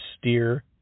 steer